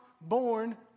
born